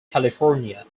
california